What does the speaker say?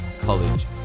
college